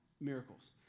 miracles